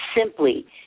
simply